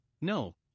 no